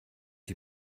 die